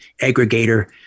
aggregator